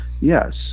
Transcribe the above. Yes